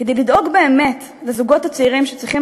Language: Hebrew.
כדי לדאוג באמת לזוגות הצעירים שצריכים